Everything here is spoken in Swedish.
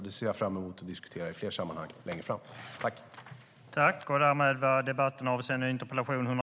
Det ser jag fram emot att diskutera i fler sammanhang längre fram.